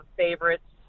favorites